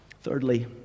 Thirdly